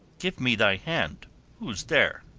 give me thy hand who's there?